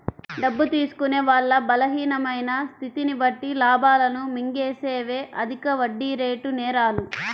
డబ్బు తీసుకునే వాళ్ళ బలహీనమైన స్థితిని బట్టి లాభాలను మింగేసేవే అధిక వడ్డీరేటు నేరాలు